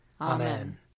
Amen